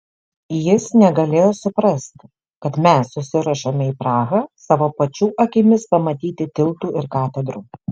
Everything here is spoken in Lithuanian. jis negalėjo suprasti kad mes susiruošėme į prahą savo pačių akimis pamatyti tiltų ir katedrų